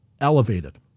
elevated